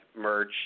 merch